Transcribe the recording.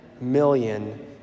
million